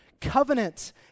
Covenant